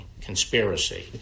conspiracy